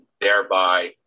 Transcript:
Thereby